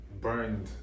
burned